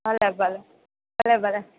ભલે ભલે ભલે ભલે